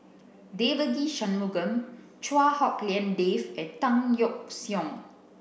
Devagi Sanmugam Chua Hak Lien Dave and Tan Yeok Seong